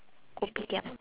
kopitiam